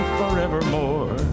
forevermore